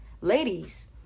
Ladies